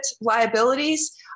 liabilities